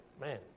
man